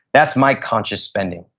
that's my conscious spending.